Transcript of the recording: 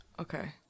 Okay